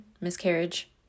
miscarriage